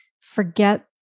Forget